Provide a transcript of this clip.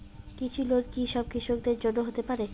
কৃষি লোন কি সব কৃষকদের জন্য হতে পারে?